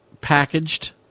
packaged